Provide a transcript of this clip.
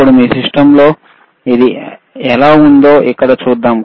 ఇప్పుడు మీ సిస్టమ్లో ఇది ఎలా ఉందో ఇక్కడ చూద్దాం